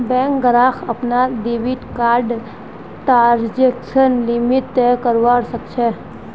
bank ग्राहक अपनार debit कार्डर ट्रांजेक्शन लिमिट तय करवा सख छ